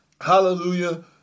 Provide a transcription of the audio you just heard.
Hallelujah